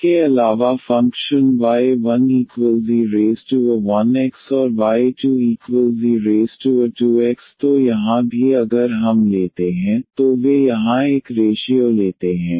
इसके अलावा function y1e1x और y2e2x तो यहाँ भी अगर हम लेते हैं तो वे यहाँ एक रेशीओ लेते हैं